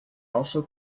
also